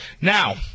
Now